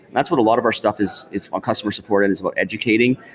that's what a lot of our stuff is is our customer support and is about educating.